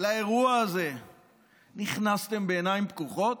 לאירוע הזה נכנסתם בעיניים פקוחות?